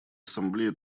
ассамблея